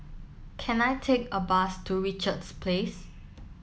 can I take a bus to Richards Place